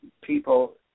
people